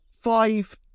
five